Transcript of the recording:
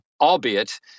albeit